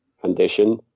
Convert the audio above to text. condition